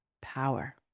power